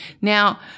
Now